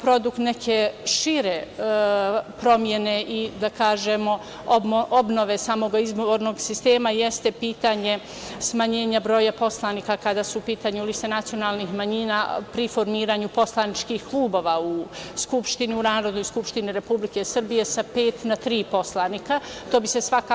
produkt neke šire promene i da kažemo obnove samog izbornog sistema, jeste pitanje smanjenja broja poslanika kada su u pitanju liste nacionalnih manjina, pri formiranju poslaničkih klubova u Skupštini, u Narodnoj skupštini Republike Srbije sa pet na tri posto narodnih poslanika.